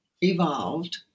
evolved